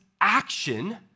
action